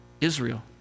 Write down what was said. Israel